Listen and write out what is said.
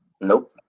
nope